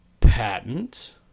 Patent